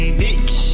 bitch